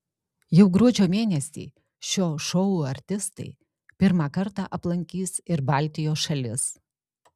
jau gruodžio mėnesį šio šou artistai pirmą kartą aplankys ir baltijos šalis